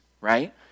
right